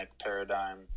paradigm